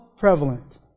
Prevalent